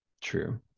true